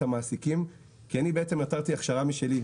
המעסיקים כי אני בעצם יצרתי הכשרה משלי,